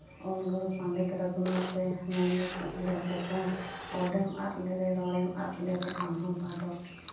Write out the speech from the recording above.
ᱚᱞ ᱜᱩᱨᱩ ᱯᱚᱱᱰᱤᱛ ᱨᱟᱹᱜᱷᱩᱱᱟᱛᱷᱮᱭ ᱢᱮᱱ ᱞᱮᱫ ᱞᱮᱠᱟ ᱟᱞᱮᱢ ᱟᱫ ᱞᱮᱨᱮ ᱨᱚᱲᱮᱢ ᱟᱫ ᱞᱮᱨᱮ ᱟᱢ ᱦᱚᱸᱢ ᱟᱫᱚᱜ